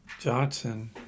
johnson